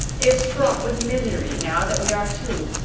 is fraught with misery now that we are two.